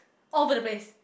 all over the place